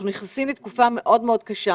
אנחנו נכנסים לתקופה מאוד מאוד קשה,